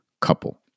couple